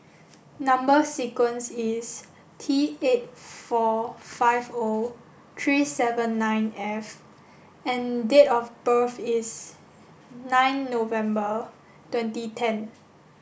number sequence is T eight four five O three seven nine F and date of birth is nine November twenty ten